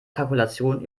kalkulation